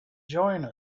join